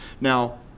Now